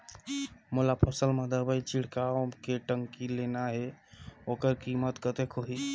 मोला फसल मां दवाई छिड़काव के टंकी लेना हे ओकर कीमत कतेक होही?